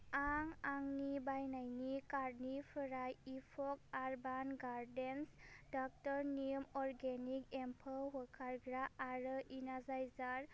आं आंनि बायनायनि कार्टनिफ्राय इ फग आर्बान गार्डेन्स डक्ट'र निउ अर्गेनिक एम्फौ होखारग्रा आरो इनारजाइजार